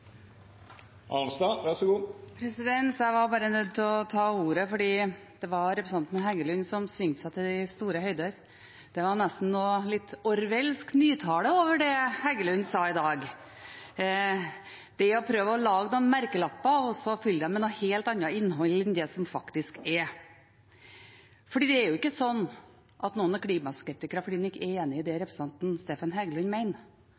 Jeg var bare nødt til å ta ordet, for representanten Heggelund svingte seg til de store høyder. Det var nesten litt «orwellsk» nytale over det Heggelund sa i dag – det å prøve å lage noen merkelapper og så fylle dem med et helt annet innhold enn det som faktisk er. For det er ikke slik at noen er klimaskeptikere fordi de ikke er enig i det representanten Stefan Heggelund